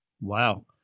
Wow